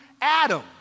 Adam